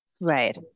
Right